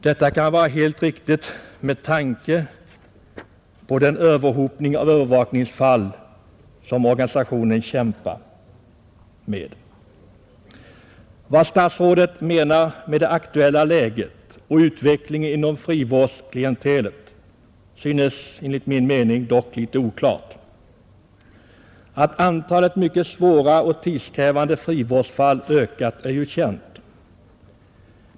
Detta kan vara helt riktigt med tanke på den överhopning av övervakningsfall som organisationen kämpar med. Vad statsrådet menar med ”det aktuella läget” och med ”utvecklingen inom frivårdsklientelet” synes dock enligt min mening litet oklart. Att antalet mycket svåra och tidskrävande frivårdsfall ökat är känt.